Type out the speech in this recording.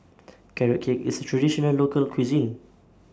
Carrot Cake IS A Traditional Local Cuisine